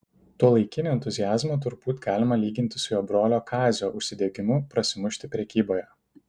tuolaikinį entuziazmą turbūt galima lyginti su jo brolio kazio užsidegimu prasimušti prekyboje